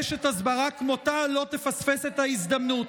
אשת הסברה כמותה לא תפספס את ההזדמנות.